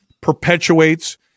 perpetuates